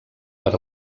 per